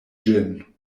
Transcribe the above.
ĝin